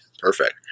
Perfect